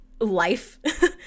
life